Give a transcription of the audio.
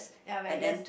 ya Vegas